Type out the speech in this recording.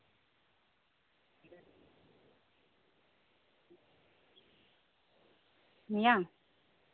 ᱢᱤᱭᱟᱝ